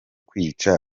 kwica